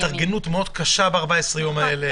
אני חושב שההתארגנות מאוד קשה ב-14 יום האלה.